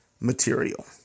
material